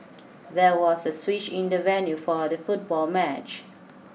there was a switch in the venue for the football match